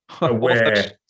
aware